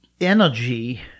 energy